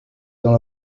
dans